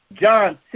John